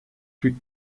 plus